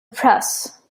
press